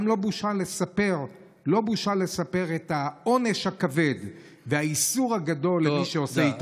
זו גם לא בושה לספר את העונש הכבד ואת האיסור הגדול למי שעושה התאבדות.